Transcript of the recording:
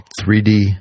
3D